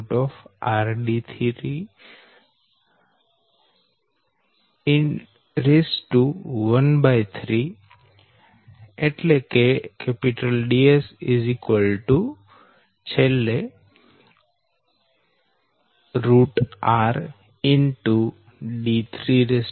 1213 12